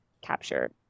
capture